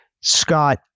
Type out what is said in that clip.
Scott